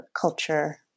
culture